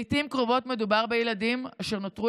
לעיתים קרובות מדובר בילדים אשר נותרו